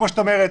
כמו שאת אומרת,